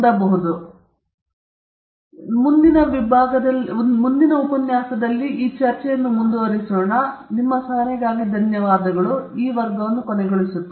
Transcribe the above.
ಹೌದು ಸಾಮೂಹಿಕ ಉತ್ಪಾದನೆ ಒಂದು ನಿರ್ದಿಷ್ಟ ವಿಷಯದಲ್ಲಿ ಸಮೂಹವನ್ನು ಉತ್ಪಾದಿಸುವ ಯಾವುದನ್ನಾದರೂ ಈ ಕೆಳಗೆ ತರಬಹುದು